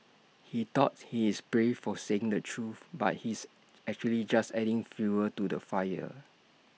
he thought he's brave for saying the truth but he's actually just adding fuel to the fire